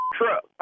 truck